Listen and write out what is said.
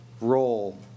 role